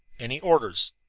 any orders?